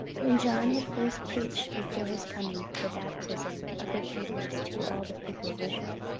when john had first preached before his coming the baptism of repentance to all the people of israel.